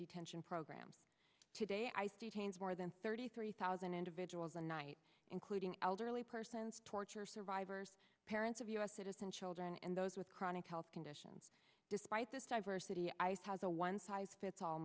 detention program today i see change more than thirty three thousand individuals a night including elderly persons torture survivors parents of u s citizen children and those with chronic health conditions despite this diversity ice has a one size fits all